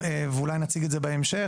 אולי גם נציג את זה בהמשך,